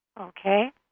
Okay